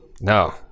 No